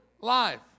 life